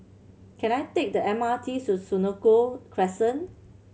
can I take the M R T to Senoko Crescent